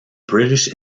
british